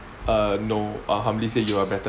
uh no said you are better